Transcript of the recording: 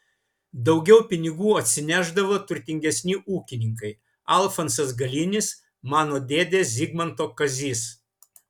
daugiau pinigų atsinešdavo turtingesni ūkininkai alfonsas galinis mano dėdė zigmanto kazys